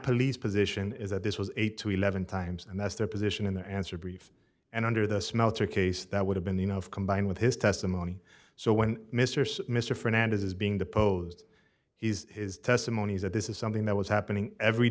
police position is that this was eight to eleven times and that's their position in their answer brief and under the smelter case that would have been enough combined with his testimony so when mr mr fernandez is being deposed he's his testimony is that this is something that was happening every